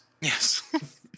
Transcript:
Yes